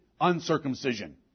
uncircumcision